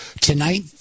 tonight